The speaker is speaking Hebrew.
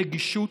ברגישות,